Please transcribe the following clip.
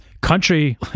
country